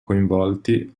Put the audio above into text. coinvolti